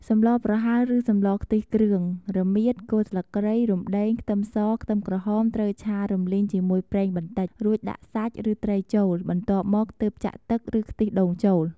សម្លប្រហើរឬសម្លខ្ទិះ គ្រឿង (រមៀត គល់ស្លឹកគ្រៃ រំដេង ខ្ទឹមស ខ្ទឹមក្រហម) ត្រូវឆារំលីងជាមួយប្រេងបន្តិច រួចដាក់សាច់ ឬត្រីចូល បន្ទាប់មកទើបចាក់ទឹក ឬខ្ទិះដូងចូល។